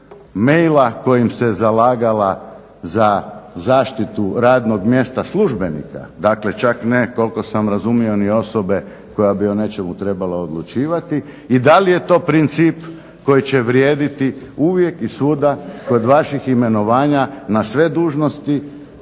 mail-a kojim se zalagala za zaštitu radnog mjesta službenika, dakle čak ne koliko sam razumio ni osobe koja bi o nečemu trebala odlučivati, i da li je to princip koji će vrijediti uvijek i svuda kod vaših imenovanja na sve dužnosti,